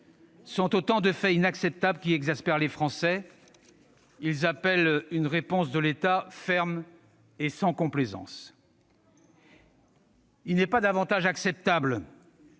sont autant de faits inacceptables qui exaspèrent les Français. » Eh oui !« Ils appellent une réponse de l'État ferme et sans complaisance. « Il n'est pas davantage acceptable